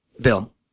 Bill